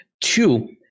Two